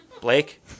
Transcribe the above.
Blake